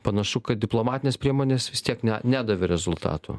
panašu kad diplomatinės priemonės vis tiek nedavė rezultatų